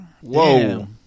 Whoa